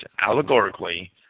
allegorically